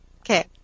Okay